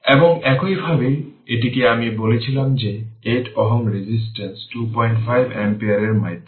এবং একইভাবে এটিকে আমি বলেছিলাম যে 8 Ω রেজিস্টেন্স 25 অ্যাম্পিয়ারের মাধ্যমে